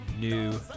new